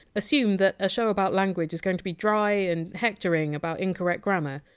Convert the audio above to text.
assume that a show about language is going to be dry and hectoring about incorrect grammar,